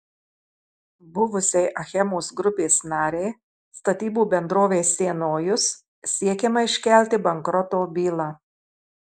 buvusiai achemos grupės narei statybų bendrovei sienojus siekiama iškelti bankroto bylą